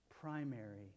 primary